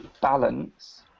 balance